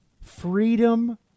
freedom